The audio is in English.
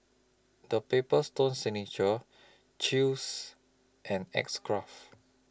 The Paper Stone Signature Chew's and X Craft